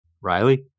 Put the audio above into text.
Riley